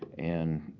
and